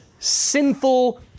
sinful